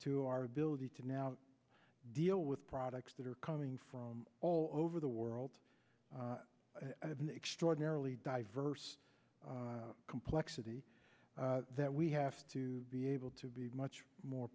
to our ability to now deal with products that are coming from all over the world have an extraordinarily diverse complexity that we have to be able to be much more